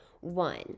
one